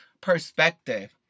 perspective